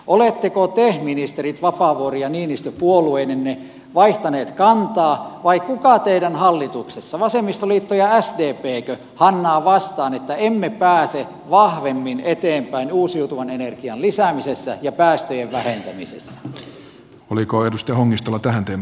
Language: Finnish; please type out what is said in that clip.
oletteko te ministerit vapaavuori ja niinistö puolueinenne vaihtaneet kantaa vai kuka teidän hallituksessanne vasemmistoliitto ja sdpkö hannaa vastaan niin että emme pääse vahvemmin eteenpäin uusiutuvan energian lisäämisessä ja päästöjen vähentämisessä